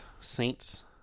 Saints